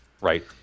Right